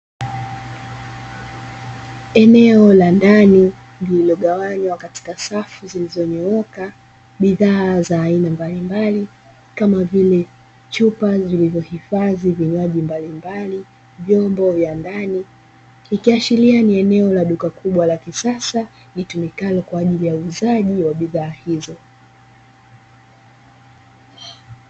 Eneo la ndani lililogawanywa katika safu ziliyonyooka, bidhaa za aina mbalimbali kama vile chupa zilizohifadhi vinywaji mbalimbali, vyombo vya ndani. Ikiashiria ni eneo la duka kubwa la kisasa litumikalo kwa ajili ya uuzaji wa bidhaa hizo.